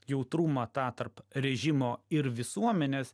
jautrumą tą tarp režimo ir visuomenės